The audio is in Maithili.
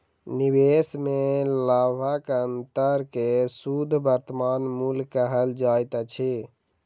निवेश में लाभक अंतर के शुद्ध वर्तमान मूल्य कहल जाइत अछि